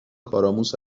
کارآموز